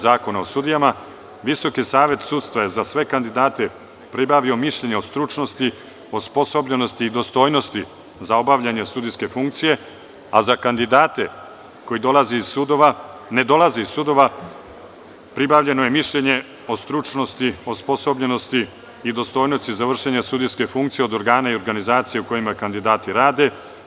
Zakona o sudijama, Visoki savet sudstva je za sve kandidate pribavio mišljenje o stručnosti, osposobljenosti i dostojnosti za obavljanje sudijske funkcije, a za kandidate koji ne dolaze iz sudova pribavljeno je mišljenje o stručnosti, osposobljenosti i dostojnosti za vršenje sudijske funkcije od organa i organizacija u kojima kandidati rade.